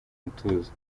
mutuzo